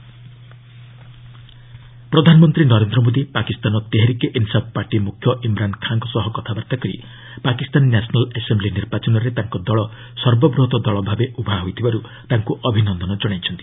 PM Imran Khan ପ୍ରଧାନମନ୍ତ୍ରୀ Narendra Modi Pakistan Tehreek e Insaf party ମୁଖ୍ୟ ଇମ୍ରାନ୍ ଖାଁଙ୍କ ସହ କଥାବାର୍ତ୍ତା କରି ପାକିସ୍ତାନ ନ୍ୟାସନାଲ୍ ଆସେମ୍ବି ନିର୍ବାଚନରେ ତାଙ୍କ ଦଳ ସର୍ବବୃହତ ଦଳ ଭାବେ ଉଭା ହୋଇଥିବାରୁ ତାଙ୍କୁ ଅଭିନନ୍ଦନ କଣାଇଛନ୍ତି